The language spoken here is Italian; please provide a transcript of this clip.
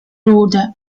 rude